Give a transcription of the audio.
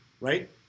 right